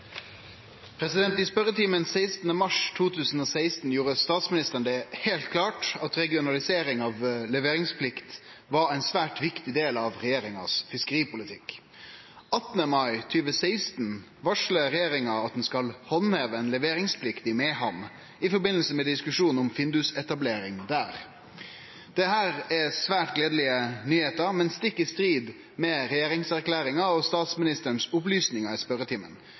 spørretimen 16. mars 2016 gjorde statsministeren det helt klart at regionalisering av leveringsplikt var en svært viktig del av regjeringens fiskeripolitikk. 18. mai 2016 varsler regjeringen at den skal håndheve en leveringplikt i Mehamn, i forbindelse med diskusjonen om Findus-etablering der. Dette er svært gledelige nyheter, men stikk i strid med regjeringserklæringen og statsministerens opplysninger i spørretimen.